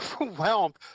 overwhelmed